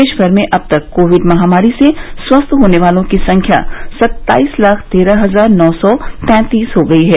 देश भर में अब तक कोविड महामारी से स्वस्थ होने वालों की संख्या सत्ताईस लाख तेरह हजार नौ सौ तैंतीस हो गयी है